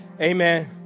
Amen